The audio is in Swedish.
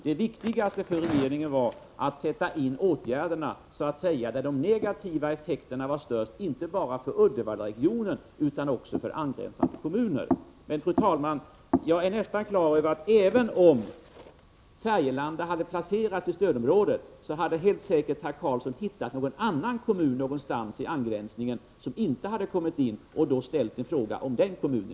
Det viktigaste för regeringen var att sätta in åtgärderna så att säga där de negativa effekterna var störst, inte bara när det gäller Uddevallaregionen utan också när det gäller angränsande kommuner. Fru talman! Även om Färgelanda hade placerats i stödområde, hade herr Karlsson helt säkert hänvisat till någon annan kommun i angränsande område som inte kommit med i stödområdesindelningen och ställt en fråga om den kommunen.